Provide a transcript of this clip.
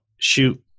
shoot